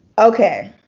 okay,